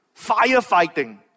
firefighting